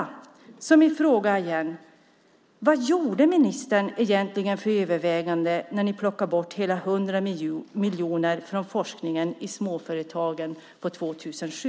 Min fråga blir därför igen: Vad gjorde ministern egentligen för övervägande när ni plockade bort hela 100 miljoner från forskningen i småföretagen för 2007?